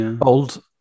old